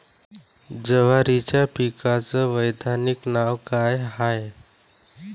जवारीच्या पिकाचं वैधानिक नाव का हाये?